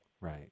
Right